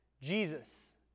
Jesus